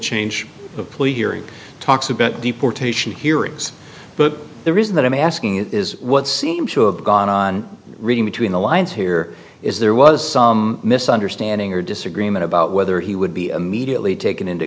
change of plea hearing talks about deportation hearings but the reason that i'm asking it is what seems to have gone on reading between the lines here is there was some misunderstanding or disagreement about whether he would be a mediately taken into